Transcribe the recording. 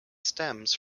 stems